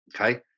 Okay